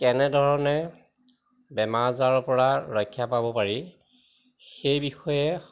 কেনেধৰণে বেমাৰ আজাৰৰপৰা ৰক্ষা পাব পাৰি সেই বিষয়ে